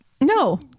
no